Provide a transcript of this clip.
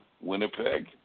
Winnipeg